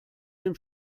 dem